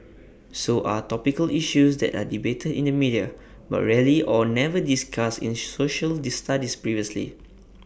so are topical issues that are debated in the media but rarely or never discussed in social the studies previously